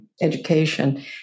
education